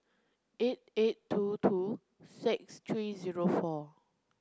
eight eight two two six three zero four